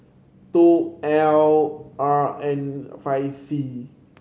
two L R N five C